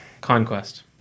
Conquest